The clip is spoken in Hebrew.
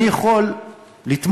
אני יכול לתמוך